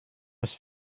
was